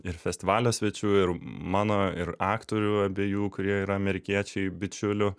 ir festivalio svečių ir mano ir aktorių abiejų kurie yra amerikiečiai bičiulių